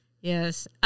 Yes